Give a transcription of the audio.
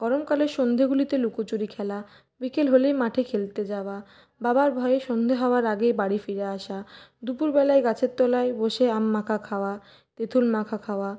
গরম কালের সন্ধ্যেগুলোতে লুকোচুরি খেলা বিকেল হলেই মাঠে খেলতে যাওয়া বাবার ভয়ে সন্ধ্যে হওয়ার আগেই বাড়ি ফিরে আসা দুপুরবেলায় গাছের তলায় বসে আম মাখা খাওয়া তেঁতুল মাখা খাওয়া